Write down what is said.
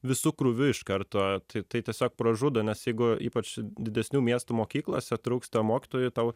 visu krūviu iš karto tai tai tiesiog pražudo nes jeigu ypač didesnių miestų mokyklose trūksta mokytojų tau